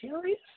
serious